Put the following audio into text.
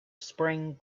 spring